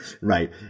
Right